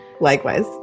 Likewise